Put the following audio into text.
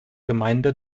gemeinde